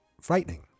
frightening